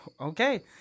Okay